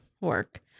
work